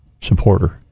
supporter